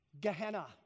Gehenna